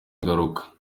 ingaruka